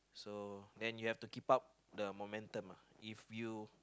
so then you have to keep up the momentum uh if you